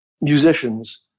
musicians